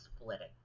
splitting